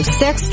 sex